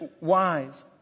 wise